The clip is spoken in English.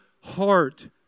heart